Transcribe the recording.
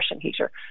heater